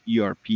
ERP